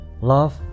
Love